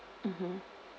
mmhmm